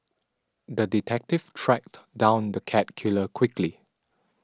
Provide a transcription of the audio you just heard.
the detective tracked down the cat killer quickly